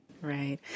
Right